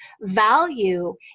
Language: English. value